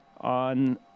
on –